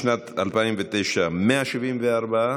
בשנת 2009, 174,